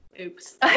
Oops